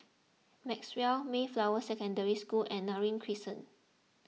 Maxwell Mayflower Secondary School and Neram Crescent